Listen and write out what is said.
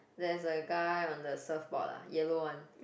there's a guy on the surfboard ah yellow one